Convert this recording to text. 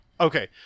Okay